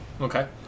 Okay